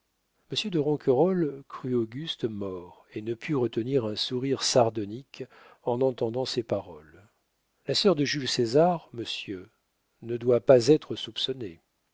de ronquerolles crut auguste mort et ne put retenir un sourire sardonique en entendant ces paroles la sœur de jules césar monsieur ne doit pas être soupçonnée